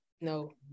No